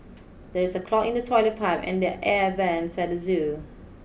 there is a clog in the toilet pipe and the air vents at the zoo